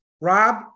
Rob